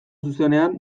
zuzenean